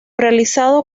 realizado